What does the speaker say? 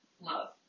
Love